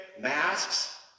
Masks